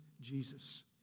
Jesus